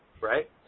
right